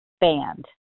band